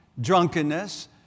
drunkenness